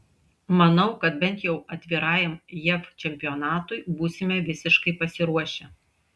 manau kad bent jau atvirajam jav čempionatui būsime visiškai pasiruošę